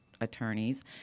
attorneys